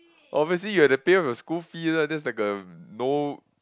oh basically you have to pay off your school fee ah that's like a no